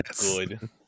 good